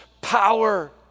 power